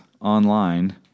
online